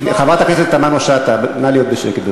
חברת הכנסת תמנו-שטה, נא להיות בשקט.